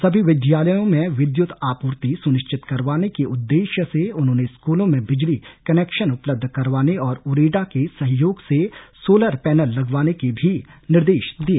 सभी विद्यालयों में विद्युत आपूर्ति सुनिश्चित करवाने के उद्देश्य से उन्होंने स्कूलों में बिजली कनैक्शन उपलब्ध करवाने और उरेड़ा के सहयोग से सोलर पैनल लगवाने के भी निर्देश दिए